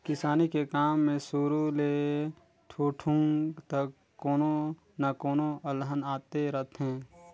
किसानी के काम मे सुरू ले ठुठुंग तक कोनो न कोनो अलहन आते रथें